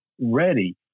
ready